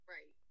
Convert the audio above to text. Right